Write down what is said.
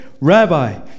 Rabbi